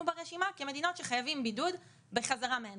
ברשימה כמדינות שחייבים בידוד בחזרה מהן.